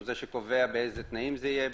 הוא זה שקובע באיזה תנאים זה יהיה,